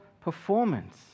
performance